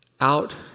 out